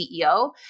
CEO